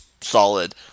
solid